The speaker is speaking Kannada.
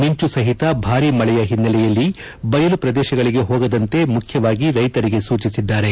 ಮಿಂಚು ಸಹಿತ ಭಾರಿ ಮಳೆಯ ಹಿನ್ನೆಲೆಯಲ್ಲಿ ಬಯಲು ಪ್ರದೇಶಗಳಿಗೆ ಹೋಗದಂತೆ ಮುಖ್ಯವಾಗಿ ರೈತರಿಗೆ ಸೂಚಿಸಿದ್ದಾರೆ